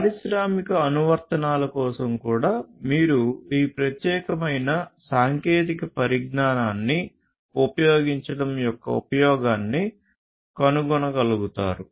పారిశ్రామిక అనువర్తనాల కోసం కూడా మీరు ఈ ప్రత్యేకమైన సాంకేతిక పరిజ్ఞానాన్ని ఉపయోగించడం యొక్క ఉపయోగాన్ని కనుగొనగలుగుతారు